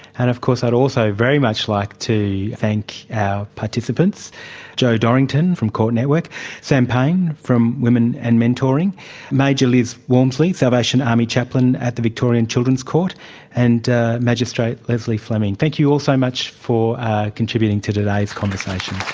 and of course i'd also very much like to thank our participants jo dorrington from court network sam payne from women and mentoring major liz walmsley, salvation army chaplain at the victorian children's court and magistrate lesley fleming. thank you all so much for contributing to today's conversation.